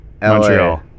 Montreal